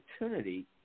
opportunity